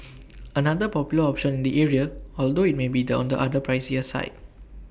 another popular option in the area although IT may be the on the pricier side